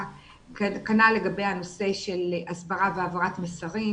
כנ"ל לגבי הנושא של הסברה והעברת מסרים,